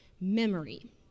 memory